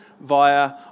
via